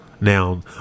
Now